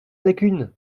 lacune